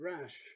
rash